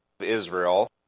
Israel